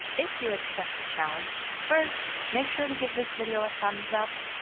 if you accept the challenge first, make sure to give this video a thumbs up,